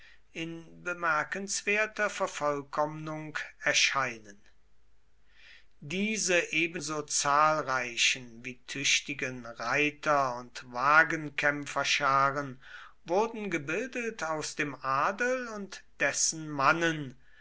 in bemerkenswerter vervollkommnung erscheinen diese ebenso zahlreichen wie tüchtigen reiter und wagenkämpferscharen wurden gebildet aus dem adel und dessen mannen